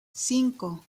cinco